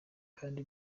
kandi